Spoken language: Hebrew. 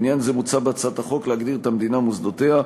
לעניין זה מוצע בהצעת החוק להגדיר את ”המדינה ומוסדותיה”